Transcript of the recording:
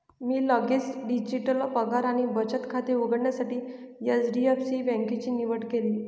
मी लगेच डिजिटल पगार आणि बचत खाते उघडण्यासाठी एच.डी.एफ.सी बँकेची निवड केली